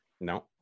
No